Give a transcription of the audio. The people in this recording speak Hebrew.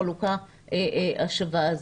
החלוקה השווה הזאת.